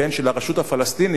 של הרשות הפלסטינית,